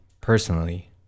personally